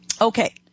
Okay